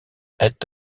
het